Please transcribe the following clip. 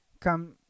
Come